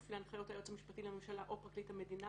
להנחיות היועץ המשפטי לממשלה או פרקליט המדינה,